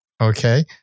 okay